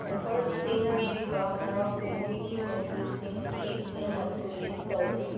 ꯑꯣꯐꯔꯁꯤꯡ ꯄꯤꯔꯤꯕ ꯍꯥꯔꯥꯎ ꯀꯨꯝꯍꯩꯒꯤ ꯃꯆꯨꯁꯤꯡꯒꯤ ꯄꯨꯝꯅꯃꯛꯇꯨ ꯂꯤꯁ ꯇꯧ